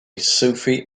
sophie